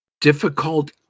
difficult